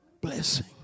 blessing